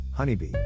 Honeybee